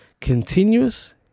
continuous